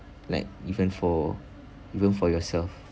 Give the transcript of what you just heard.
like even for even for yourself